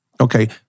Okay